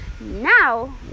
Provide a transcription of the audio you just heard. Now